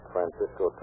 Francisco